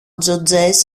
τζοτζές